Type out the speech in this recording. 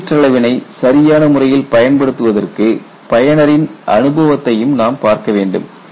மீச்சிற்றளவினை சரியான முறையில் பயன்படுத்துவதற்கு பயனரின் அனுபவத்தையும் நாம் பார்க்க வேண்டும்